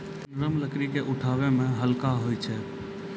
नरम लकड़ी क उठावै मे हल्का होय छै